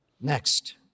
Next